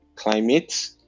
climate